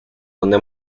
donde